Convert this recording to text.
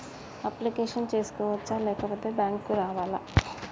Application చేసుకోవచ్చా లేకపోతే bank రావాలా?